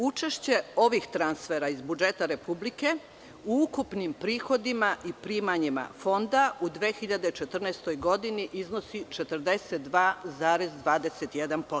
Učešće ovih transfera iz budžeta Republike u ukupnim prihodima i primanjima Fonda u 2014. godini iznosi 42,21%